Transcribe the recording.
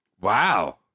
Wow